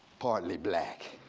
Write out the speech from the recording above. partly black.